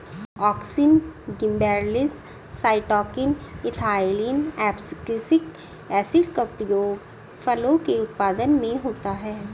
auxin, gibberellins, cytokine, ethylene, abscisic acid का उपयोग फलों के उत्पादन में होता है